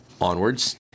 onwards